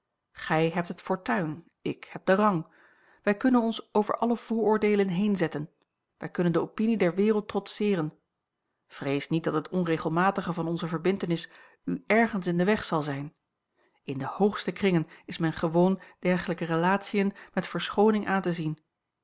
gij hebt het fortuin ik heb den rang wij kunnen ons over alle vooroordeelen heenzetten wij kunnen de opinie der wereld trotseeren vrees niet dat het onregelmatige van onze verbintenis u ergens in den weg zal zijn in de hoogste kringen is men gewoon dergelijke relatiën met verschooning aan te zien